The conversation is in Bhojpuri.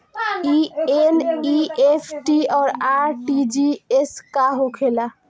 ई एन.ई.एफ.टी और आर.टी.जी.एस का होखे ला?